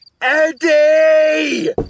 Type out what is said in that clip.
Eddie